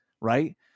Right